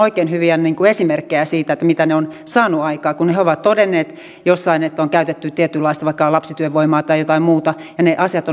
varmastikin olemme yhtä mieltä siitä että emme halua maatamme ja kansaamme siihen samaan talouskurimukseen minkä monen muun eu maan kansalaiset ovat joutuneet kokemaan